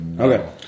Okay